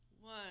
one